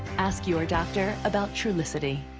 ask your doctor about trulicity.